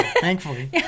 thankfully